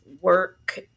work